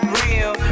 real